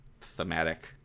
thematic